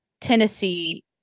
Tennessee